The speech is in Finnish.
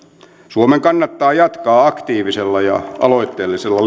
suomen kannattaa jatkaa aktiivisella ja aloitteellisella